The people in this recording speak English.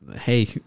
Hey